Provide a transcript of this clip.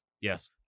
Yes